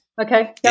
Okay